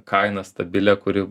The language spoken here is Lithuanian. kainą stabilią kuri